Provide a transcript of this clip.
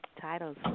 titles